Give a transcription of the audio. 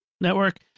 network